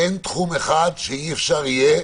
אין תחום אחד שאי אפשר יהיה